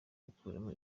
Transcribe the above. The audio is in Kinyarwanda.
gukuramo